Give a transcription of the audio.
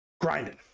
grinding